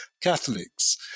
Catholics